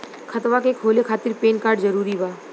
खतवा के खोले खातिर पेन कार्ड जरूरी बा?